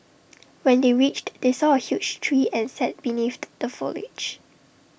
when they reached they saw A huge tree and sat beneath the foliage